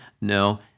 No